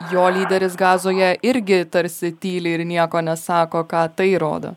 jo lyderis gazoje irgi tarsi tyli ir nieko nesako ką tai rodo